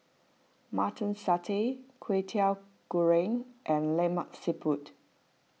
Mutton Satay Kwetiau Goreng and Lemak Siput